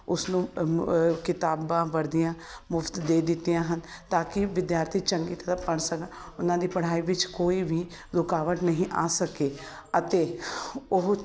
ਉਸਨੂੰ ਕਿਤਾਬਾਂ ਵਰਦੀਆਂ ਮੁਫਤ ਦੇ ਦਿੱਤੀਆਂ ਹਨ ਤਾਂ ਕਿ ਵਿਦਿਆਰਥੀ ਚੰਗੀ ਤਰਾਂ ਪੜ੍ਹ ਸਕਣ ਉਹਨਾਂ ਦੀ ਪੜ੍ਹਾਈ ਵਿੱਚ ਕੋਈ ਵੀ ਰੁਕਾਵਟ ਨਹੀਂ ਆ ਸਕੇ ਅਤੇ ਉਹ